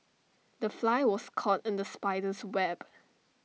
the fly was caught in the spider's web